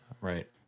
right